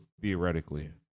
theoretically